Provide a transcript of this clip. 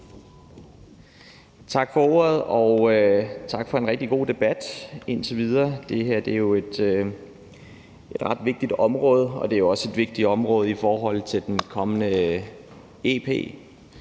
Tak for ordet, og tak for en rigtig god debat indtil videre. Det her er jo et ret vigtigt område, og det er også et vigtigt område i forhold til det kommende